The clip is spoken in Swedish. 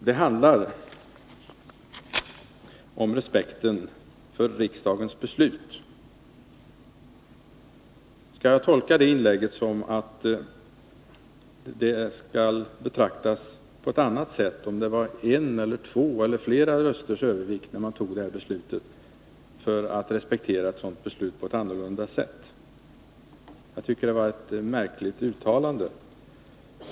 Det handlar om respekten för riksdagens beslut. Skulle jag tolka det inlägget så, att de beslut som har fattats med en eller två eller flera rösters övervikt skall betraktas på ett annorlunda sätt? Jag tycker att det var ett märkligt uttalande.